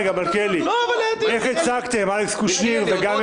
--- איך הצגתם, אלכס קושניר וגם יש עתיד?